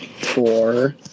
four